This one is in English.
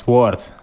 Worth